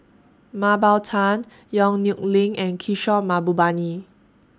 Mah Bow Tan Yong Nyuk Lin and Kishore Mahbubani